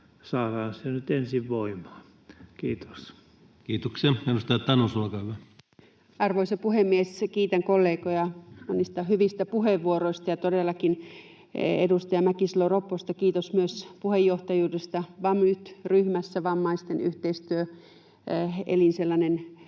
saadaan se nyt ensin voimaan. — Kiitos. Kiitoksia. — Edustaja Tanus, olkaa hyvä. Arvoisa puhemies! Kiitän kollegoja monista hyvistä puheenvuoroista, ja todellakin edustaja Mäkisalo-Ropposelle kiitos myös puheenjohtajuudesta Vamyt-ryhmässä. Sellainen vammaisten yhteistyöelinryhmä on